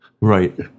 Right